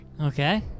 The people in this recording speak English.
Okay